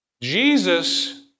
Jesus